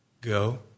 Go